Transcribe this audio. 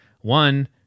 one